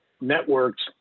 networks